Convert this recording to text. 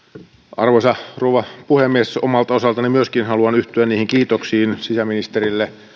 arvoisa rouva puhemies omalta osaltani haluan myöskin yhtyä kiitoksiin sisäministerille